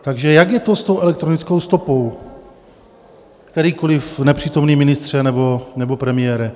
Takže jak je to s tou elektronickou stopou, kterýkoliv nepřítomný ministře nebo premiére?